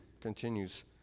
continues